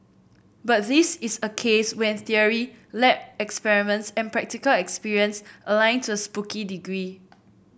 but this is a case when theory lab experiments and practical experience align to a spooky degree